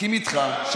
מסכים איתך.